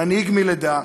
מנהיג מלידה,